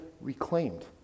reclaimed